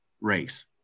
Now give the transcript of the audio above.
race